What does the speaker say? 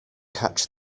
catch